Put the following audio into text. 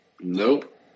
Nope